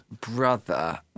brother